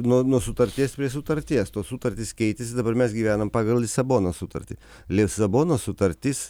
nuo nuo sutarties prie sutarties tos sutartys keitėsi dabar mes gyvenam pagal lisabonos sutartį lisabonos sutartis